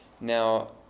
Now